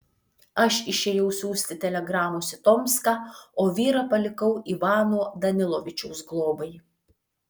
aš išėjau siųsti telegramos į tomską o vyrą palikau ivano danilovičiaus globai